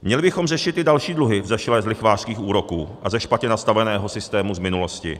Měli bychom řešit i další dluhy vzešlé z lichvářských úroků a ze špatně nastaveného systému z minulosti.